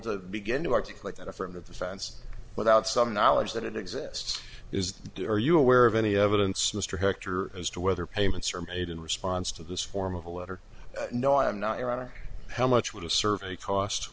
to begin to articulate an affirmative defense without some knowledge that it exists is that are you aware of any evidence mr character as to whether payments are made in response to this form of a letter no i'm not your honor how much would a survey cost